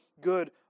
good